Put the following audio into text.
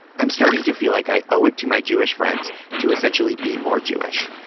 i'm starting to feel like i owe it to my jewish friends to essentially be more jewish,